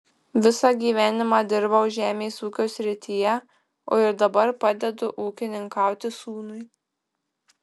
visą gyvenimą dirbau žemės ūkio srityje o ir dabar padedu ūkininkauti sūnui